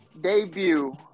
debut